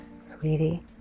sweetie